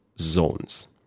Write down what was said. zones